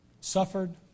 suffered